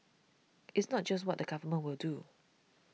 it's not just what the government will do